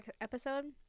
episode